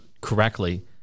correctly